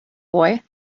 boy